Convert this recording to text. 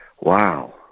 Wow